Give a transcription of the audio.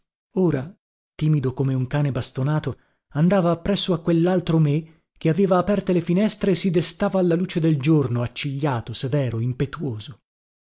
ora timido come un cane bastonato andava appresso a quellaltro me che aveva aperte le finestre e si destava alla luce del giorno accigliato severo impetuoso